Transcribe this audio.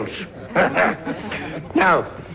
Now